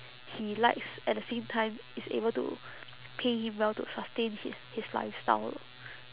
he likes at the same time it's able to pay him well to sustain his his lifestyle